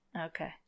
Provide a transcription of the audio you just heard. Okay